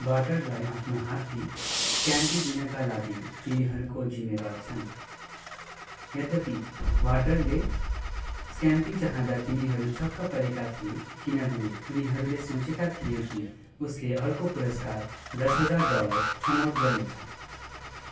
बाटरलाई आफ्नो हात्ती स्ट्याम्पी दिनका लागि तिनीहरू को जिम्मेवार छन् यद्यपि वाटरले स्ट्याम्पी चाहँदा तिनीहरू छक्क परेका थिए किनभने उनीहरूले सोचेका थिए कि उसले अर्को पुरस्कार दस हजार डलर छनौट गर्नेछ